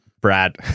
Brad